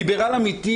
ליברל אמיתי,